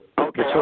Okay